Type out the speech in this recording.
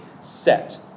set